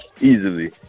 easily